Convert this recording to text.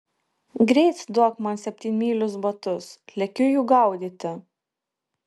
greit duok man septynmylius batus lekiu jų gaudyti